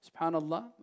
subhanallah